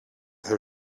her